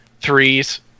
threes